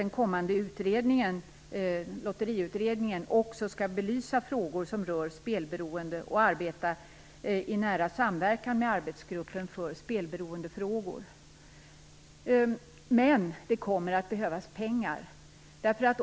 Den kommande lotteriutredningen skall också belysa frågor som rör spelberoende och arbeta i nära samverkan med arbetsgruppen för spelberoendefrågor. Men det kommer att behövas pengar.